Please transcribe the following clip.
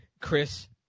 Chris